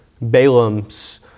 Balaam's